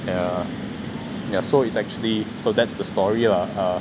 yeah yeah so it's actually so that's the story lah